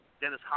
Dennis